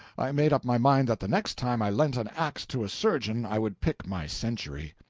i made up my mind that the next time i lent an axe to a surgeon i would pick my century.